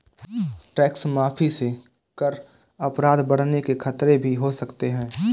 tax माफी से कर अपराध बढ़ने के खतरे भी हो सकते हैं